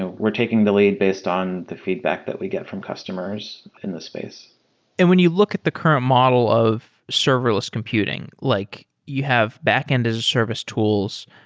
and we're taking the lead based on the feedback that we get from customers in the space and when you look at the current model of serverless computing, like you have backend as a service tools,